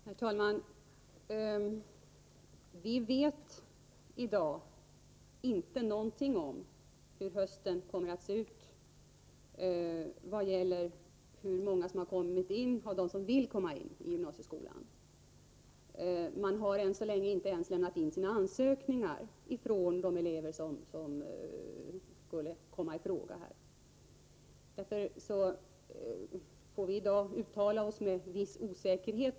Herr talman! Vi vet i dag inte någonting om hur hösten kommer att se ut — hur många som kommit in av dem som vill komma in i gymnasieskolan. De elever som här kommer i fråga har ännu inte ens lämnat in sina ansökningar. Vi måste därför i dag uttala oss med en viss osäkerhet.